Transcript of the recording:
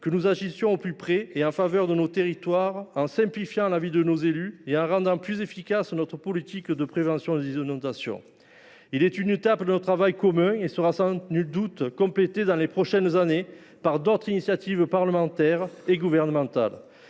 que nous agissions au plus près et en faveur de nos territoires, en simplifiant la vie de nos élus et en rendant plus efficace notre politique de prévention des inondations. Cette proposition de loi, qui est une étape de ce travail commun, sera sans nul doute complétée dans les prochaines années par d’autres initiatives parlementaires et gouvernementales.